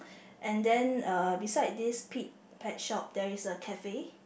and then uh beside this Pete Pet Shop there is a cafe